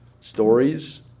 stories